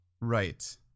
Right